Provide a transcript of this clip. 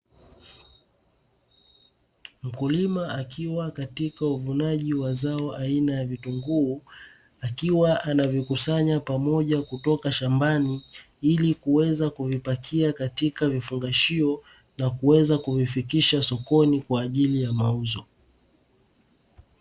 Mkulima akiwa katika uvunaji wa zao aina ya vitunguu, akiwa anavikusanya pamoja kutoka shambani ili kuweza kuvipakia katika vifungashio na kuweza kuvifikisha sokoni kwa ajili ya mauzo.